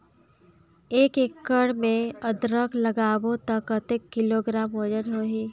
एक एकड़ मे अदरक लगाबो त कतेक किलोग्राम वजन होही?